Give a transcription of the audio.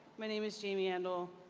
my name is jamie andle.